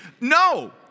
No